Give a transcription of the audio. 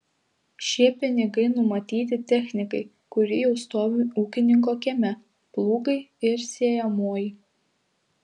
šie pinigai numatyti technikai kuri jau stovi ūkininko kieme plūgai ir sėjamoji